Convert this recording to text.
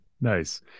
Nice